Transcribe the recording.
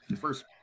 First